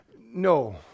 No